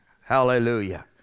hallelujah